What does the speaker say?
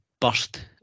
burst